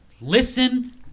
Listen